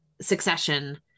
succession